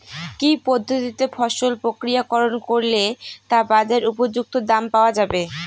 কি পদ্ধতিতে ফসল প্রক্রিয়াকরণ করলে তা বাজার উপযুক্ত দাম পাওয়া যাবে?